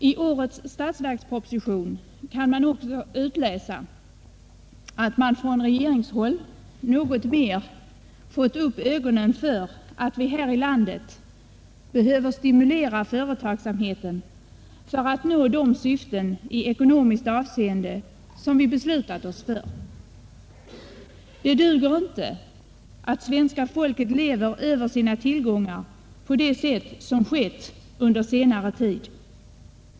I årets statsverksproposition kan man också utläsa att regeringen något mer fått upp ögonen för att vi här i landet behöver stimulera företagsamheten för att nå de syften i ekonomiskt avseende som vi beslutat oss för. Det duger inte att svenska folket lever över sina tillgångar på det sätt som skett under senare tid.